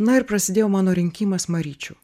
na ir prasidėjo mano rinkimas maryčių